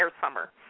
summer